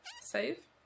Save